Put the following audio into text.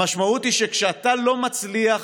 המשמעות היא שכשאתה לא מצליח